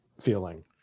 feeling